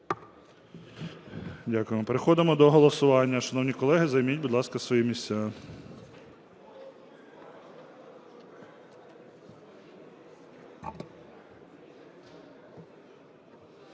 Дякую. Переходимо до голосування. Шановні колеги, займіть, будь ласка, свої місця.